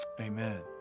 Amen